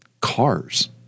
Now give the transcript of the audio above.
cars